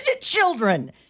children